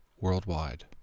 worldwide